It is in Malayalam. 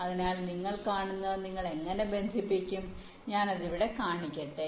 അതിനാൽ നിങ്ങൾ കാണുന്നതിനാൽ നിങ്ങൾ എങ്ങനെ ബന്ധിപ്പിക്കും ഞാൻ അത് ഇവിടെ കാണിക്കട്ടെ